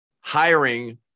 hiring